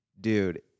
Dude